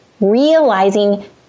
realizing